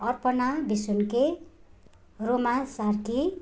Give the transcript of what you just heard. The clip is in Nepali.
अर्पना बिसुन्के रोमा सार्की